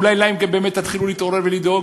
אולי להם באמת תתחילו להתעורר ולדאוג,